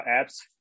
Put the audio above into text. app's